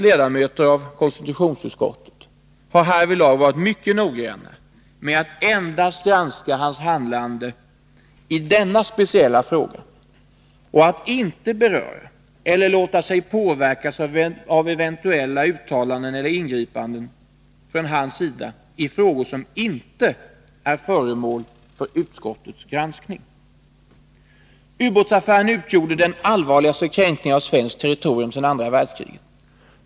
ledamöter av konstitutionsutskottet har härvidlag varit mycket noggranna med att endast granska hans handlande i denna speciella fråga och att inte beröra eller låta sig påverkas av eventuella uttalanden eller ingripanden från hans sida i frågor som inte är föremål för utskottets granskning. Ubåtsaffären utgjorde den allvarligaste kränkningen av svenskt territorium sedan andra världskriget.